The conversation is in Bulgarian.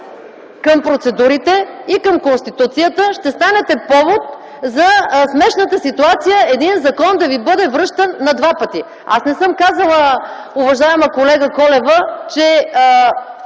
към процедурите и към Конституцията ще станете повод за смешната ситуация един закон да ви бъде връщан на два пъти! Аз не съм казала, уважаема колега Колева, че